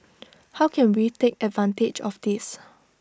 how can we take advantage of this